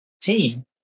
team